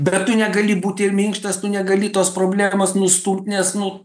bet tu negali būt ir minkštas tu negali tos problemos nustumt nes nu